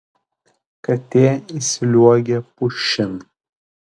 katė įsliuogė pušin